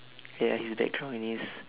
ya his background is